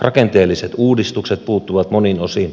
rakenteelliset uudistukset puuttuvat monin osin